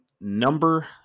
number